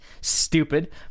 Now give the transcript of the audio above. Stupid